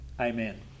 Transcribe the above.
amen